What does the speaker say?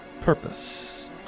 purpose